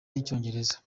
n’icyongereza